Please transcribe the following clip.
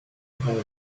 évolué